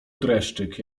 dreszczyk